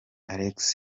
alex